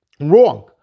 Wrong